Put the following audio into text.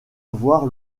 voir